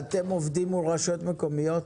אתם עובדים מול רשויות מקומיות?